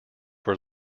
were